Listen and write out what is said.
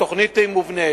התוכנית מובנית.